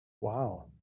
Wow